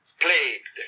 plagued